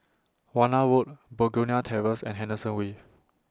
Warna Road Begonia Terrace and Henderson Wave